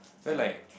ya